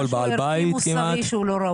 כל בעל בית כמעט --- זה משהו ערכי מוסרי שהוא לא ראוי.